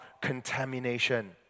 contamination